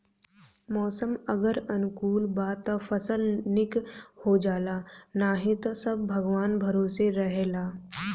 मौसम अगर अनुकूल बा त फसल निक हो जाला नाही त सब भगवान भरोसे रहेला